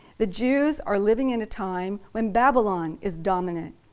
the jews are living in a time when babylon is dominant.